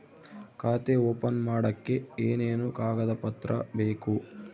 ಖಾತೆ ಓಪನ್ ಮಾಡಕ್ಕೆ ಏನೇನು ಕಾಗದ ಪತ್ರ ಬೇಕು?